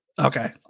Okay